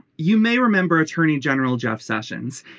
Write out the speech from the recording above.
you may remember attorney general jeff sessions.